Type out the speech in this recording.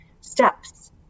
steps